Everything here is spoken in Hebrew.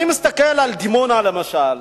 אני מסתכל על דימונה, למשל.